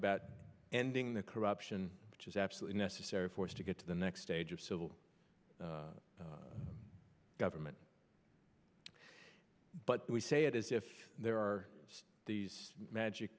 about ending the corruption which is absolutely necessary for us to get to the next stage of civil government but we say it as if there are these magic